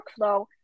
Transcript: workflow